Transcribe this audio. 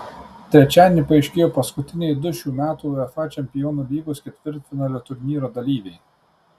trečiadienį paaiškėjo paskutiniai du šių metų uefa čempionų lygos ketvirtfinalio turnyro dalyviai